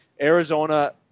Arizona